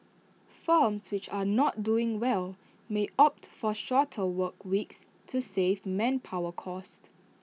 firms which are not doing well may opt for shorter work weeks to save manpower costs